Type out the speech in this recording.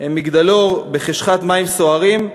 הם מגדלור בחשכת מים סוערים,